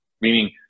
Meaning